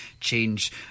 change